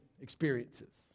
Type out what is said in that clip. experiences